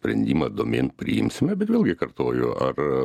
sprendimą domėn priimsime bet vėlgi kartoju ar